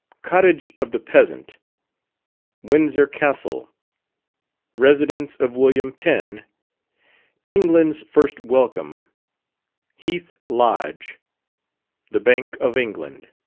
cottage of the peasant windsor castle residence of wm. penn england's first welcome heath lodge the bank of england.